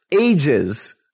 ages